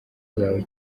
zawe